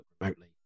remotely